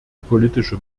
politische